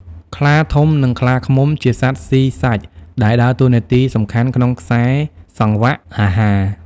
ខ្លាធំ និងខ្លាឃ្មុំ ជាសត្វស៊ីសាច់ដែលដើរតួនាទីសំខាន់ក្នុងខ្សែសង្វាក់អាហារ។